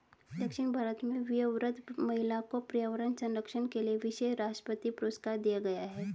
दक्षिण भारत में वयोवृद्ध महिला को पर्यावरण संरक्षण के लिए विशेष राष्ट्रपति पुरस्कार दिया गया है